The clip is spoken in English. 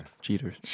Cheaters